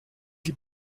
die